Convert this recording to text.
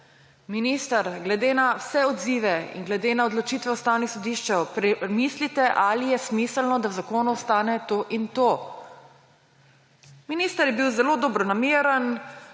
Minister, glede na vse odzive in glede na odločitve Ustavnega sodišča premislite, ali je smiselno, da v zakonu ostane to in to.« Minister je bil zelo dobronameren,